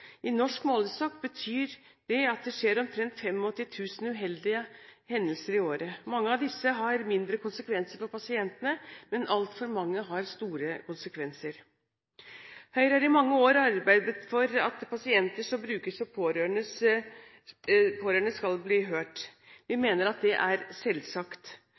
I norsk målestokk betyr det at det skjer omtrent 85 000 uheldige hendelser i året. Mange av disse har mindre konsekvenser for pasientene. Men altfor mange har store konsekvenser. Høyre har i mange år arbeidet for at pasienter, brukere og pårørende skal bli hørt. Vi mener at det er selvsagt.